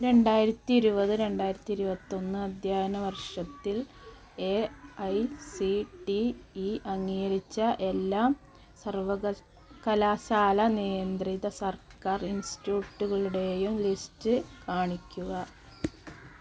രണ്ടായിരത്തി ഇരുപത് രണ്ടായിരത്തി ഇരുപത്തൊന്ന് അദ്ധ്യായന വർഷത്തിൽ A I C T E അംഗീകരിച്ച എല്ലാം സർവകലാശാല നിയന്ത്രിത സർക്കാർ ഇൻസ്റ്റൂട്ടുകളുടേയും ലിസ്റ്റ് കാണിക്കുക